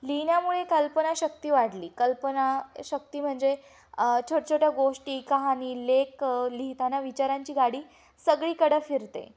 लिहिण्यामुळे कल्पनाशक्ती वाढली कल्पनाशक्ती म्हणजे छोटछोट्या गोष्टी कहानी लेख लिहिताना विचारांची गाडी सगळीकडं फिरते